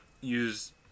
use